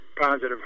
positive